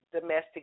domestic